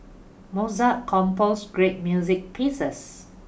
Mozart composed great music pieces